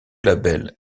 label